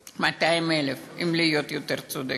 200,000, אם להיות יותר צודקת.